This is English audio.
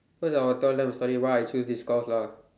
first I will tell them a story why I will chose this course lah